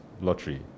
lottery